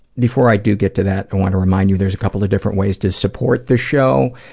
before i do get to that, i want to remind you there's a couple of different ways to support the show.